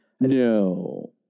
No